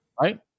Right